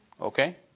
Okay